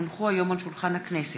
כי הונחו היום על שולחן הכנסת,